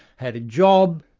had a job,